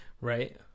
Right